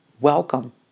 welcome